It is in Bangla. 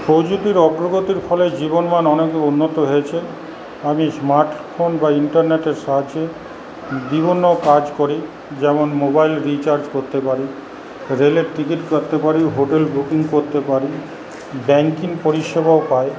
প্রযুক্তির অগ্রগতির ফলে জীবনের মান অনেকই উন্নত হয়েছে আমি স্মার্ট ফোন বা ইন্টারনেটের সাহায্যে বিভিন্ন কাজ করি যেমন মোবাইল রিচার্জ করতে পারি রেলের টিকিট করতে পারি হোটেল বুকিং করতে পারি ব্যাংকিং পরিষেবাও পাই